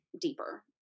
deeper